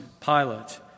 Pilate